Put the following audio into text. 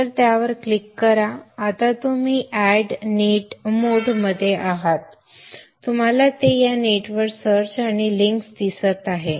तर त्यावर क्लिक करा आता तुम्ही अॅड नेट मोड मध्ये आहात तुम्हाला ते या नेटवर सर्च आणि लिंक्स दिसत आहेत